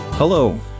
Hello